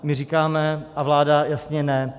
My říkáme, a vláda, jasně ne.